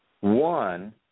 One